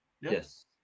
Yes